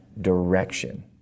direction